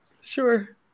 Sure